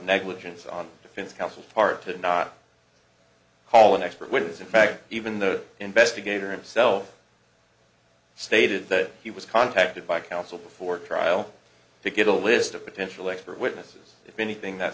negligence on defense counsel's part to not call an expert witness in fact even the investigator him self stated that he was contacted by counsel for trial to get a list of potential expert witnesses if anything that